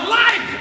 life